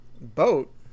Boat